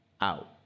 out